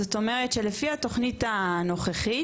זאת אומרת שלפי התוכנית הנוכחית,